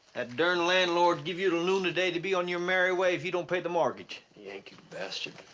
that darn landlord give you till noon today to be on your merry way if you don't pay the mortgage. yankee bastard.